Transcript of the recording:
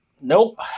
Nope